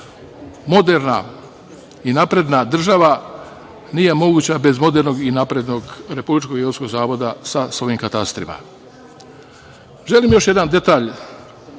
Moderna i napredna država nije moguća bez modernog i naprednog Republičkog geodetskog zavoda, sa svojim katastrima. Želim još jedan detalj